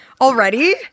Already